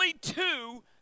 two